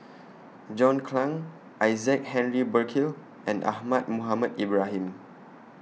John Clang Isaac Henry Burkill and Ahmad Mohamed Ibrahim